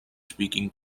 speaking